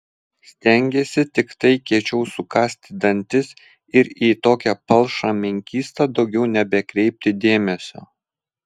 stengiesi tiktai kiečiau sukąsti dantis ir į tokią palšą menkystą daugiau nebekreipti dėmesio